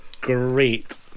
great